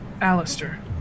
Alistair